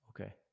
Okay